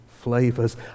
flavors